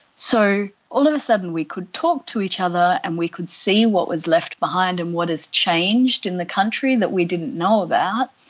so all of a sudden we could talk to each other and we could see what was left behind and what has changed in the country that we didn't know about.